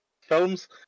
films